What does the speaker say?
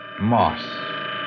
Moss